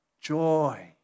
joy